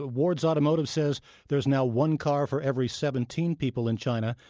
ah ward's automotive says there's now one car for every seventeen people in china,